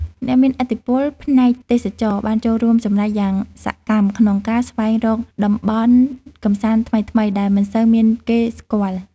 អ្នកមានឥទ្ធិពលផ្នែកទេសចរណ៍បានចូលរួមចំណែកយ៉ាងសកម្មក្នុងការស្វែងរកតំបន់កម្សាន្តថ្មីៗដែលមិនសូវមានគេស្គាល់។